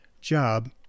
job